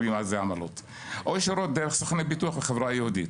או ישירות דרך סוכנים בחברה היהודית.